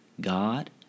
God